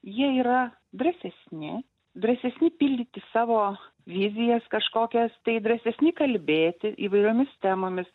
jie yra drąsesni drąsesni pildyti savo vizijas kažkokias tai drąsesni kalbėti įvairiomis temomis